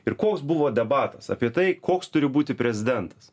ir koks buvo debatams apie tai koks turi būti prezidentas